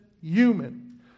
human